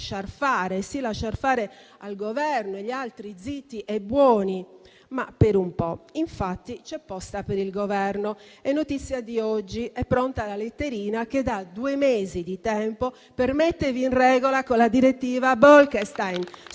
lasciar fare al Governo e gli altri zitti e buoni. Ma per un po': infatti, c'è posta per il Governo. È notizia di oggi: è pronta la letterina che dà due mesi di tempo per mettervi in regola con la direttiva Bolkenstein